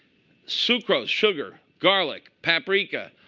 sucrose, sugar, garlic, paprika,